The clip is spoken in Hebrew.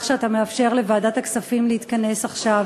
שאתה מאפשר לוועדת הכספים להתכנס עכשיו.